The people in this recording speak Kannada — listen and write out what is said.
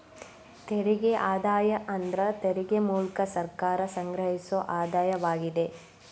ತೆರಿಗೆ ಆದಾಯ ಅಂದ್ರ ತೆರಿಗೆ ಮೂಲ್ಕ ಸರ್ಕಾರ ಸಂಗ್ರಹಿಸೊ ಆದಾಯವಾಗಿದೆ